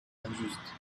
injuste